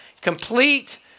complete